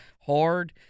hard